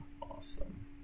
awesome